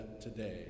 today